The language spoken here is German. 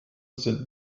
sind